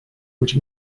which